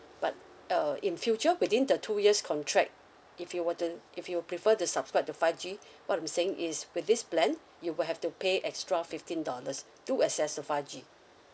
but uh in future within the two years contract if you were to if you prefer to subscribe to five G what I'm saying is with this plan you will have to pay extra fifteen dollars to access for five G